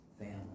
family